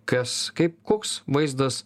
kas kaip koks vaizdas